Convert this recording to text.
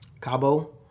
Cabo